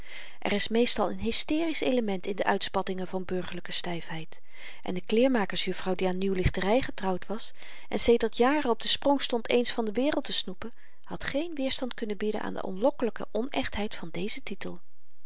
er is meestal n hysterisch element in de uitspattingen van burgerlyke styfheid en de kleermakers juffrouw die aan nieuwlichtery getrouwd was en sedert jaren op den sprong stond eens van de wereld te snoepen had geen weerstand kunnen bieden aan de aanlokkelyke onechtheid van dezen titel